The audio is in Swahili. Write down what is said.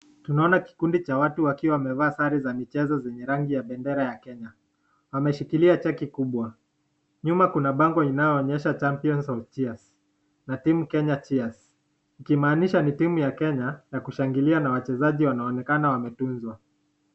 Tunaona kikundi cha watu wakiwa wamevaa sare za michezo zenye rangi ya bendera ya Kenya wameshikila cheki kubwa nyuma kuna bango linayoonyesha champion of cheers na team Kenya cheers likimaanisha ni timu ya kenya kushangilia na wacheza wanaonekana wametunzwa.